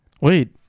wait